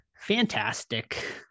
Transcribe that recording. fantastic